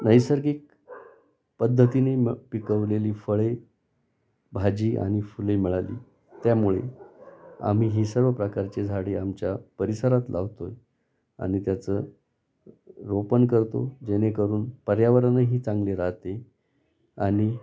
नैसर्गिक पद्धतीने म पिकवलेली फळे भाजी आणि फुले मिळाली त्यामुळे आम्ही ही सर्व प्रकारची झाडे आमच्या परिसरात लावतोय आणि त्याचं रोपण करतो जेणेकरून पर्यावरणही चांगले राहते आणि